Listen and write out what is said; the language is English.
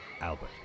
Albert